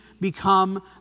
become